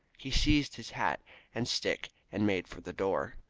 he seized his hat and stick and made for the door.